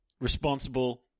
responsible